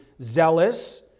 zealous